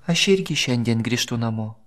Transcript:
aš irgi šiandien grįžtu namo